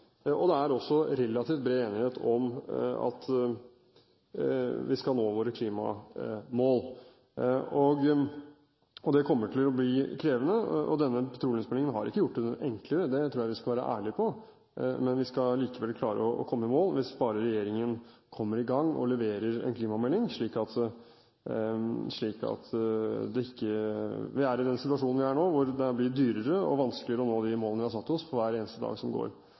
at vi skal nå våre klimamål. Det kommer til å bli krevende, og denne petroleumsmeldingen har ikke gjort det noe enklere – det tror jeg vi skal være ærlige på. Men vi skal likevel klare å komme i mål hvis bare regjeringen kommer i gang og leverer en klimamelding – i den situasjonen vi er i nå, blir det dyrere og vanskeligere å nå de målene vi har satt oss for hver eneste dag som går.